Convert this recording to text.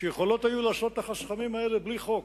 שהיו יכולות לעשות את החסכמים האלה בלי חוק.